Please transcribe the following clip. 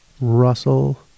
Russell